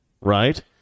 right